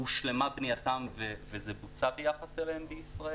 הושלמה בנייתן וזה בוצע ביחס אליהן בישראל,